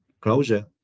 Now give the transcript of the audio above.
closure